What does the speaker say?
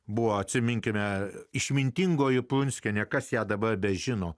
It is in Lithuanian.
buvo atsiminkime išmintingoji prunskiene kas ją dabar bežino